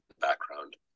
background